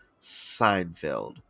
Seinfeld